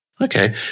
Okay